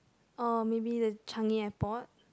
orh maybe that's Changi-Airport